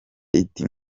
iti